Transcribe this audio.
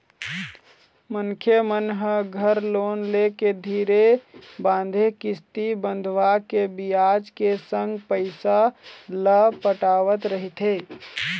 मनखे मन ह घर लोन लेके धीरे बांधे किस्ती बंधवाके बियाज के संग पइसा ल पटावत रहिथे